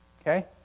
Okay